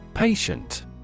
Patient